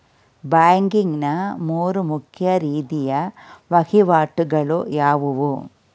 Banking ನ ಮೂರು ಮುಖ್ಯ ರೀತಿಯ ವಹಿವಾಟುಗಳು ಯಾವುವು?